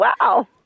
wow